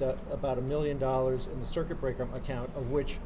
up about a million dollars in the circuit breaker account of which